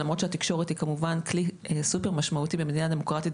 למרות שהתקשורת היא כמובן כלי סופר משמעותי במדינה דמוקרטית,